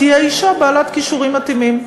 היא תהיה אישה בעלת כישורים מתאימים.